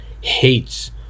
hates